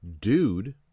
dude